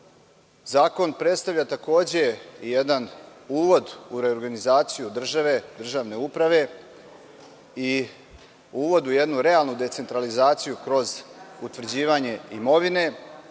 Zakon predstavlja, takođe, i jedan uvod u reorganizaciju države, državne uprave i uvod u jednu realnu decentralizaciju kroz utvrđivanje imovine.